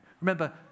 Remember